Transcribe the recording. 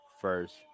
first